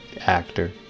actor